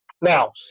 Now